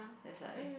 there's a